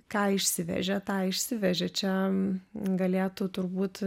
ką išsivežė tą išsivežė čia galėtų turbūt